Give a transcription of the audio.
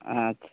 ᱟᱪᱪᱷᱟ